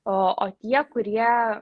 o o tie kurie